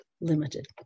limited